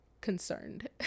concerned